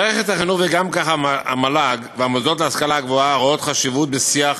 מערכת החינוך וכך גם המל"ג והמוסדות להשכלה גבוהה רואים חשיבות בשיח